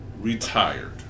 retired